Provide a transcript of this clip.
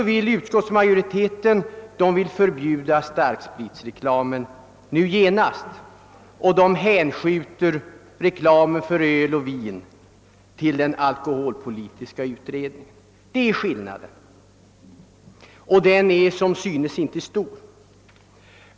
Utskottsmajoriteten vill dels förbjudå starkspritreklamen omedelbart, dels hänskjuta frågan om reklamen för öl och vin till alkoholpolitiska utredningen. Det är skillnaden — och den är som synes inte stor.